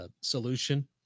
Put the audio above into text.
Solution